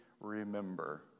remember